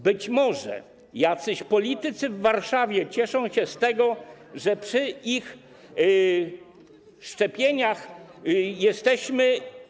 Być może jacyś politycy w Warszawie cieszą się z tego, że przy ich szczepieniach jesteśmy.